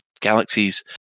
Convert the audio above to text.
galaxies